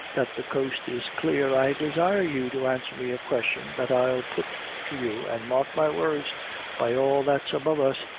that the coast is clear, i desire you to answer me a question that i'll put to you an' mark my words by all that s above us,